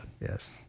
Yes